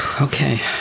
Okay